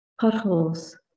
potholes